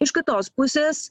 iš kitos pusės